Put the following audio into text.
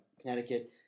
Connecticut